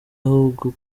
ahubwo